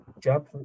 jump